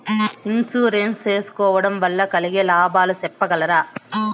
Insurance సేసుకోవడం వల్ల కలిగే లాభాలు సెప్పగలరా?